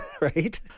right